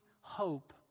hope